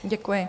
Děkuji.